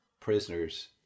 prisoners